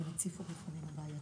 הם הציפו בפנינו בעייתיות.